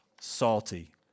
salty